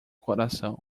coração